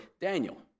Daniel